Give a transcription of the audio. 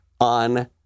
on